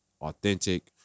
authentic